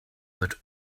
but